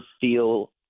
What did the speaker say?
feel